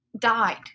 died